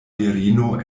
virino